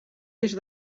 est